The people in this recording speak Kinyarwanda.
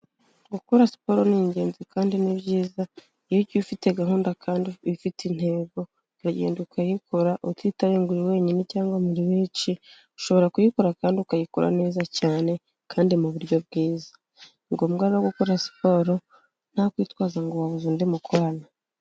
Gukora siporo ni ingenzi kandi ni byiza iyo ugiye ufite gahunda kandi ufite intego uragenda ukayikora utitaye ngo uri wenyine cyangwa muri benshi ushobora kuyikora kandi ukayikora neza cyane kandi mu buryo bwiza. Ni ngombwa rero gukora siporo nta kwitwaza ngo wabuze undi mukorana.